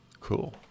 Cool